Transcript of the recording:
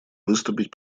выступить